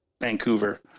Vancouver